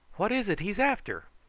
what is it he's after?